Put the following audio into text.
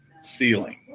ceiling